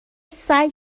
سعی